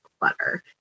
clutter